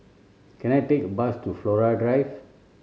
can I take a bus to Flora Drive